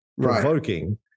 provoking